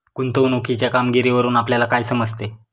गुंतवणुकीच्या कामगिरीवरून आपल्याला काय समजते?